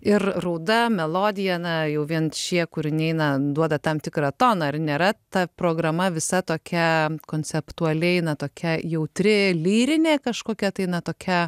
ir rauda melodija na jau vien šie kūriniai na duoda tam tikrą toną ar nėra ta programa visa tokia konceptuali eina tokia jautri lyrinė kažkokia daina tokia